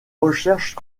recherches